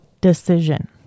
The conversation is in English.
decision